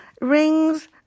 rings